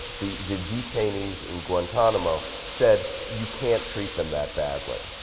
the the detainees in guantanamo, said, you can't treat them that badly,